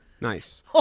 Nice